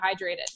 hydrated